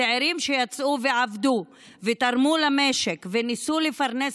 הצעירים שיצאו ועבדו ותרמו למשק וניסו לפרנס